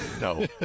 No